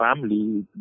family